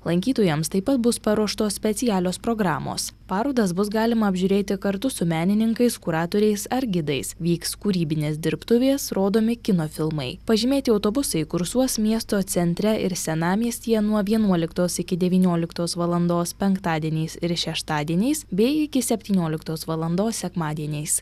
lankytojams taip pat bus paruoštos specialios programos parodas bus galima apžiūrėti kartu su menininkais kuratoriais ar gidais vyks kūrybinės dirbtuvės rodomi kino filmai pažymėti autobusai kursuos miesto centre ir senamiestyje nuo vienuoliktos iki devynioliktos valandos penktadieniais ir šeštadieniais bei iki septynioliktos valandos sekmadieniais